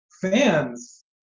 fans